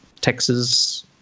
Texas